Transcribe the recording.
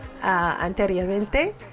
anteriormente